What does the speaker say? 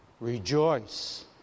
Rejoice